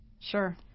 Sure